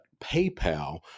PayPal